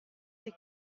qui